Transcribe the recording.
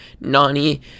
Nani